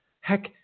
Heck